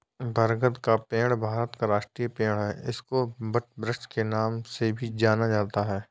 बरगद का पेड़ भारत का राष्ट्रीय पेड़ है इसको वटवृक्ष के नाम से भी जाना जाता है